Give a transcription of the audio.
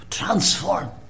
transform